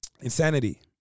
insanity